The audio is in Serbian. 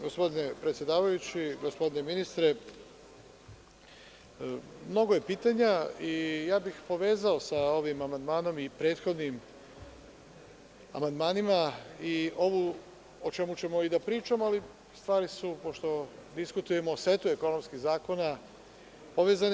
Gospodine predsedavajući, gospodine ministre, mnogo je pitanja i ja bih povezao sa ovim amandmanom i prethodnim amandmanima i ovo o čemu ćemo da pričamo, ali pošto diskutujemo o setu ekonomskih zakona, stvari su povezane.